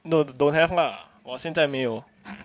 no don't have lah 我现在没有